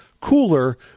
cooler